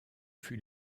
fut